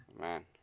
Man